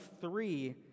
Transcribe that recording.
three